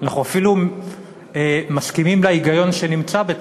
אנחנו אפילו מסכימים להיגיון שנמצא בה,